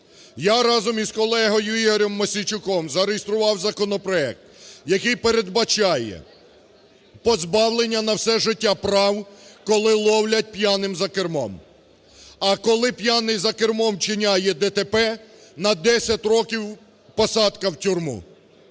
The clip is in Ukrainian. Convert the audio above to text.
Я разом із колегою Ігорем Мосійчуком зареєстрував законопроект, який передбачає позбавлення на все життя прав, коли ловлять п'яним за кермом. А коли п'яний за кермом вчиняє ДТП, на десять років посадка в тюрму.